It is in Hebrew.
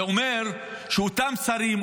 זה אומר שאותם שרים,